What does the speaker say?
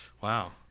Wow